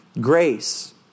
grace